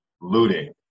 looting